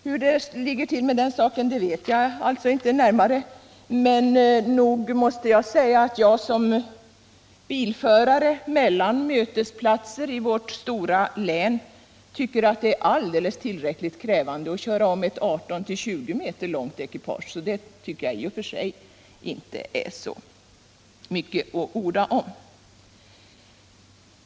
Hur det ligger till med den saken vet jag alltså inte närmare, men nog måste jag säga att jag som bilförare mellan mötesplatser i vårt stora län tycker att det är alldeles tillräckligt krävande att köra om ett 18-20 meter långt ekipage, så det är inte mycket att orda om.